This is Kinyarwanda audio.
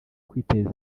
kwiteza